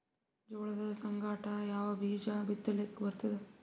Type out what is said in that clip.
ಜೋಳದ ಸಂಗಾಟ ಯಾವ ಬೀಜಾ ಬಿತಲಿಕ್ಕ ಬರ್ತಾದ?